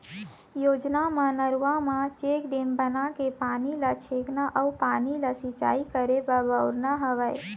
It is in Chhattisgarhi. योजना म नरूवा म चेकडेम बनाके पानी ल छेकना अउ पानी ल सिंचाई करे बर बउरना हवय